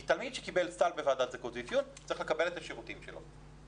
כי תלמיד שקיבל סל בוועדת זכאות ואפיון צריך לקבל את השירותים שלו.